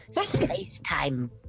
space-time